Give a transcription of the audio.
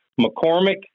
McCormick